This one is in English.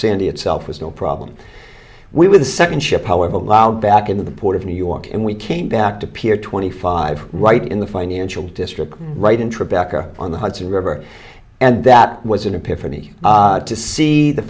the itself was no problem we were the second ship however allowed back into the port of new york and we came back to pier twenty five right in the financial district right in tribeca on the hudson river and that was an epiphany to see the